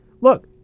look